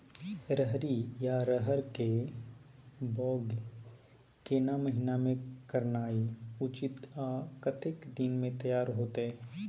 रहरि या रहर के बौग केना महीना में करनाई उचित आ कतेक दिन में तैयार होतय?